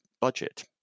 budget